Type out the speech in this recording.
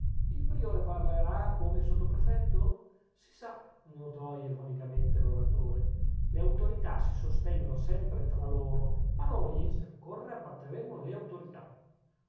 il priore parlerà come il sottoprefetto si sa notò ironicamente l'oratore le autorità si sostengono sempre tra loro ma noi se occorre abbatteremo le autorità